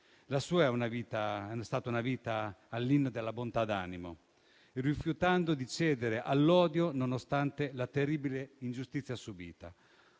La sua è stata una vita dedicata all'inno della bontà d'animo, rifiutando di cedere all'odio nonostante la terribile ingiustizia subita.